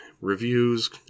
reviews